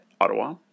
Ottawa